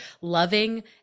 loving